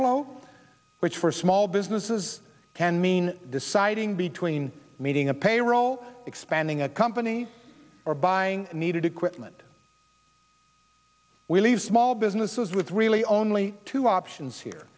flow which for small businesses can mean deciding between meeting a payroll expanding a company or buying needed equipment we leave small businesses with really only two options here